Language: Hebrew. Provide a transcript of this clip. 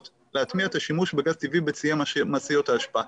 להטמיע את השימוש בגז טבעי בציי משאיות האשפה.